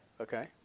Okay